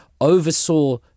oversaw